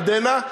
ירדנה,